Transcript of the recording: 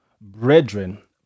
brethren